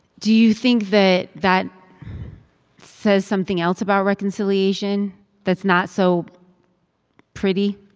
do you think that that says something else about reconciliation that's not so pretty?